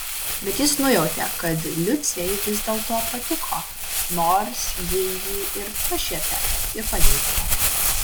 bet jis nujautė kad liucei vis dėlto patiko nors ji jį ir pašiepė ir paniekino